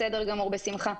בסדר גמור, בשמחה.